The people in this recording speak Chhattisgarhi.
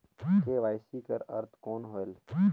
के.वाई.सी कर अर्थ कौन होएल?